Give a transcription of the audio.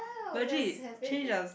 legit change the